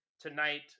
tonight